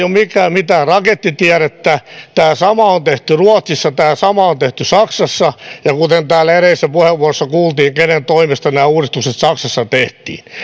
ole mitään rakettitiedettä tämä sama on tehty ruotsissa tämä sama on tehty saksassa kuten täällä edellisessä puheenvuorossa kuultiin kenen toimesta nämä uudistukset saksassa tehtiin